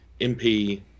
MP